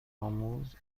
آموز